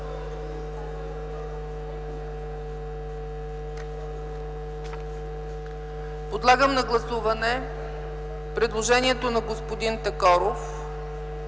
Подлагам на гласуване предложението на господин Такоров